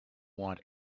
want